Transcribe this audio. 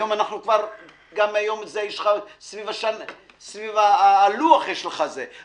היום אנחנו כבר יש לך סביב הלוח יש לך זה,